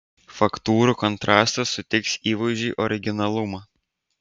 faktūrų kontrastas suteiks įvaizdžiui originalumo